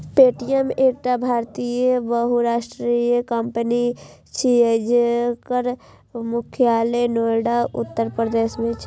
Paytm एकटा भारतीय बहुराष्ट्रीय कंपनी छियै, जकर मुख्यालय नोएडा, उत्तर प्रदेश मे छै